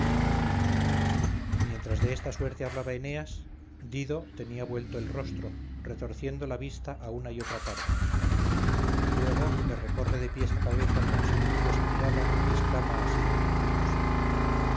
mientras de esta suerte hablaba eneas dido tenía vuelto el rostro retorciendo la vista a una y otra parte luego le recorre de pies a cabeza con silenciosa mirada y exclama así furiosa